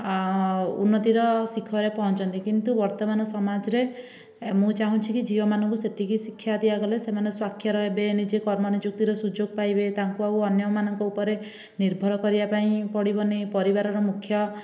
ଉନ୍ନତିର ଶିଖରେ ପହଞ୍ଚିଛନ୍ତି କିନ୍ତୁ ବର୍ତ୍ତମାନ ସମାଜରେ ମୁଁ ଚାଁହୁଛିକି ଝିଅମାନଙ୍କୁ ସେତିକି ଶିକ୍ଷା ଦିଆଗଲେ ସେମାନେ ସ୍ଵାକ୍ଷର ହେବେ ନଜେ କର୍ମ ନିଯୁକ୍ତିର ସୁଯୋଗ ପାଇବେ ତାଙ୍କୁ ଆଉ ଅନ୍ୟମାନଙ୍କ ଉପରେ ନିର୍ଭର କରିବା ପାଇଁ ପଡ଼ିବନି ପରିବାରର ମୁଖ୍ୟ